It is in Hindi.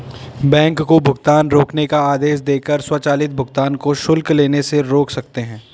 बैंक को भुगतान रोकने का आदेश देकर स्वचालित भुगतान को शुल्क लेने से रोक सकते हैं